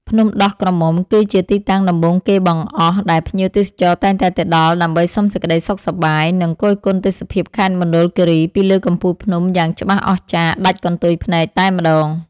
ភ្នំដោះក្រមុំ គឺជាទីតាំងដំបូងគេបង្អស់ដែលភ្ញៀវទេសចរតែងតែទៅដល់ដើម្បីសុំសេចក្តីសុខសប្បាយ និង គយគន់ទេសភាពខេត្តមណ្ឌលគីរីពីលើកំពូលភ្នំយ៉ាងច្បាស់អស្ចារ្យដាច់កន្ទុយភ្នែកតែម្តង។